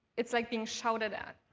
it's like being shouted at,